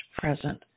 present